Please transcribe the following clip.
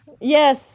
yes